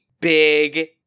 big